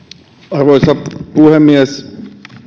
arvoisa puhemies